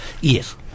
Yes